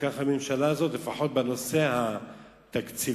שכך הממשלה הזאת, לפחות בנושא התקציבי,